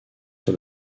sur